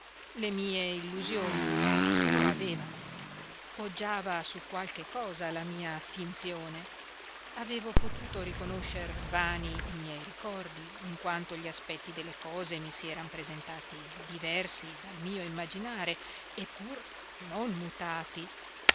le mie illusioni lo avevano poggiava su qualche cosa la mia finzione avevo potuto riconoscer vani i miei ricordi in quanto gli aspetti delle cose mi si eran presentati diversi dal mio immaginare eppur non mutati